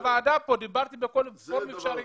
דיברתי בכל פורום אפשרי,